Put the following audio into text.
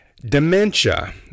Dementia